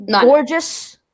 gorgeous